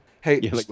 Hey